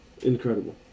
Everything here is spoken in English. Incredible